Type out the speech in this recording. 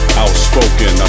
Outspoken